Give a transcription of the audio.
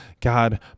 God